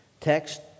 text